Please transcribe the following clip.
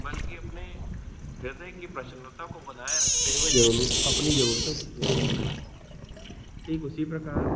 बल्कि अपने हृदय की प्रसन्नता को बनाए रखते हुए ज़रूर अपनी ज़रूरतों को पूरा करना है ठीक उसी प्रकार